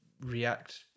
react